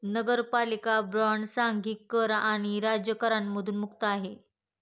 नगरपालिका बॉण्ड सांघिक कर आणि राज्य करांमधून मुक्त आहे